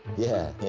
yeah,